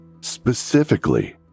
Specifically